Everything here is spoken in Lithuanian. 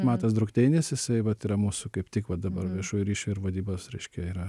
matas drukteinis jisai vat yra mūsų kaip tik va dabar viešųjų ryšių ir vadybos reiškia yra